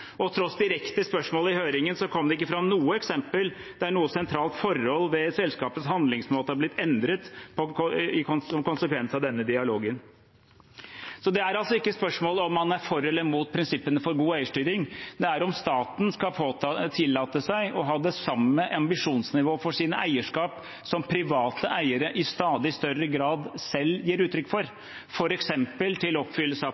og eid selskap, og tross direkte spørsmål i høringen kom det ikke fram noe eksempel der noe sentralt forhold ved selskapets handlingsmåte har blitt endret som konsekvens av denne dialogen. Det er altså ikke et spørsmål om man er for eller mot prinsippene for god eierstyring; det er om staten skal tillate seg å ha det samme ambisjonsnivået for sine eierskap som private eiere i stadig større grad selv gir uttrykk for, f.eks. i forhold til oppfyllelse av